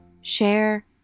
share